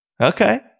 Okay